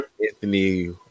Anthony